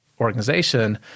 organization